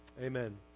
Amen